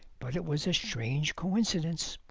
but it was a strange coincidence.